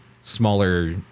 smaller